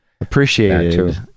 appreciated